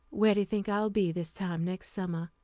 where do you think i will be this time next summer?